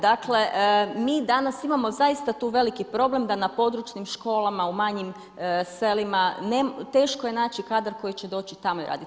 Dakle, mi danas imamo zaista tu veliki problem da na područnim školama u manjim selima teško je naći kadar koji će doći tamo i raditi.